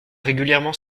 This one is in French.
régulièrement